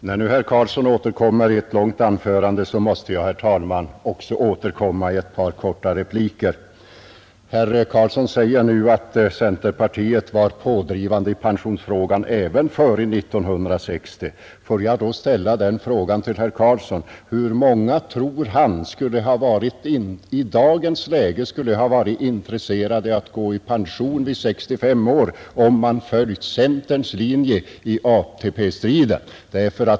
Herr talman! När nu herr Carlsson i Vikmanshyttan återkommer i ett långt anförande måste jag återkomma i ett par korta repliker. Herr Carlsson säger nu att centerpartiet var pådrivande i pensionsfrågan även före 1960. Får jag då ställa följande fråga: Hur många tror herr Carlsson i dagens läge skulle ha varit intresserade av att gå i pension vid 65 år om man följt centerns linje i ATP-striden?